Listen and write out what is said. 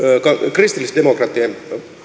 kristillisdemokraattien